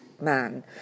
man